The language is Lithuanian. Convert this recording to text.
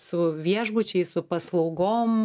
su viešbučiais su paslaugom